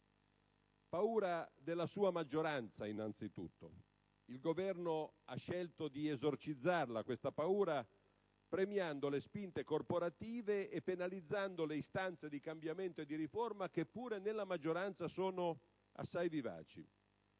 paura della sua maggioranza, innanzitutto. Il Governo ha scelto di esorcizzare questa paura premiando le spinte corporative e penalizzando le istanze di cambiamento e di riforma, che pure nella maggioranza sono assai vivaci: